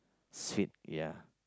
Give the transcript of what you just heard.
sweet ya